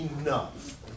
enough